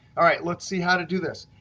all right. let's see how to do this.